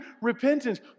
repentance